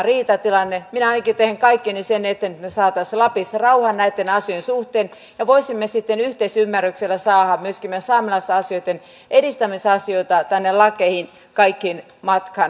minä ainakin teen kaikkeni sen eteen että me saisimme lapissa rauhan näitten asioiden suhteen ja voisimme sitten yhteisymmärryksellä saada myöskin meidän saamelaisasioittemme edistämisasioita tänne kaikkiin lakeihin matkaan